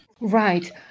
Right